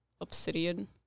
obsidian